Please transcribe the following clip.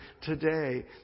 today